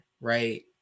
right